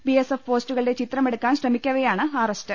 BS F പോസ്റ്റുകളുടെ ചിത്രമെടുക്കാൻ ശ്രമി ക്കവെയാണ് അറസ്റ്റ്